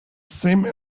same